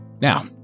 Now